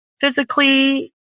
physically